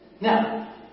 Now